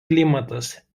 klimatas